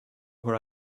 where